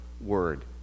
word